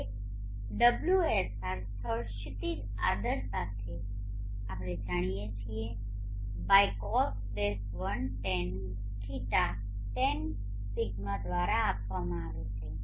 હવે ωsr સ્થળ ક્ષિતિજ આદર સાથે આપણે જાણીએ છીએ by Cos 1 - tan ϕ tanᵟ દ્વારા આપવામાં આવે છે